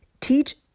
Teach